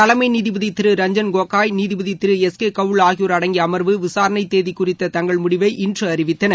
தலைமை நீதிபதி திரு ரஞ்ஜன் கோகாய் நீதிபதி திரு எஸ் கே கவுல் ஆகியோர் அடங்கிய அமா்வு விசாரண தேதி குறித்த தங்கள் முடிவை இன்று அறிவித்தன